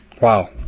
Wow